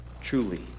truly